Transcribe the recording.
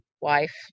wife